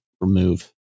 remove